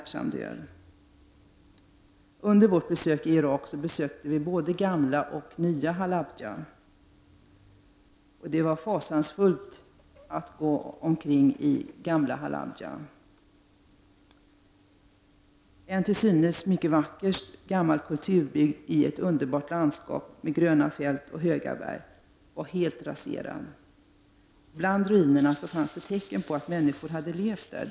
Under vår vistelse i Irak besökte vi både gamla och nya Halabja. Det var fasansfullt att gå omkring i den gamla staden. En till synes mycket vacker gammal kulturbygd i ett underbart landskap med gröna fält och höga berg var helt raserad. Bland ruinerna fanns tecken på att människor hade levt där.